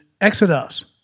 Exodus